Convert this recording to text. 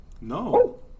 No